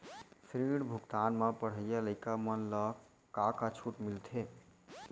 ऋण भुगतान म पढ़इया लइका मन ला का का छूट मिलथे?